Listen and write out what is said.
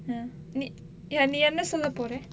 நீ இல்ல நீ என்ன சொல்ல போர:nee illa nee enna solla pora